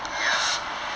ya